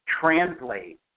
translate